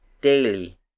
daily